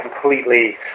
completely